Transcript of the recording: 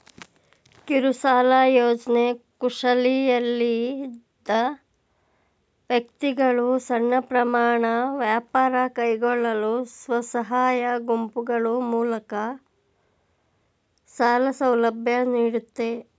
ಕಿರುಸಾಲ ಯೋಜ್ನೆ ಕುಶಲಿಯಲ್ಲದ ವ್ಯಕ್ತಿಗಳು ಸಣ್ಣ ಪ್ರಮಾಣ ವ್ಯಾಪಾರ ಕೈಗೊಳ್ಳಲು ಸ್ವಸಹಾಯ ಗುಂಪುಗಳು ಮೂಲಕ ಸಾಲ ಸೌಲಭ್ಯ ನೀಡುತ್ತೆ